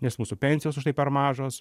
nes mūsų pensijos už tai per mažos